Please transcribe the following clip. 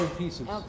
pieces